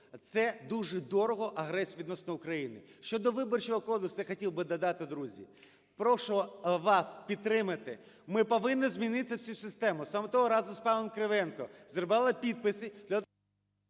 це дуже дорого, агресія відносно України. Щодо виборчого кодексу я хотів би додати, друзі. Прошу вас підтримати, ми повинні змінити цю систему. Саме того разу з паном Кривенком зробили підписи для…